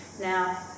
Now